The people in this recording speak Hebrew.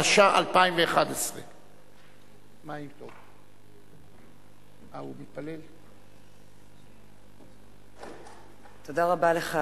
התשע"א 2011. תודה רבה לך,